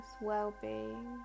well-being